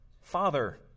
father